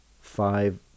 five